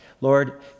Lord